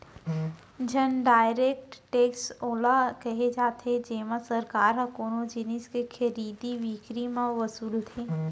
indirect tax ओला केहे जाथे जेमा सरकार ह कोनो जिनिस के खरीदी बिकरी म वसूलथे